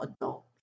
adult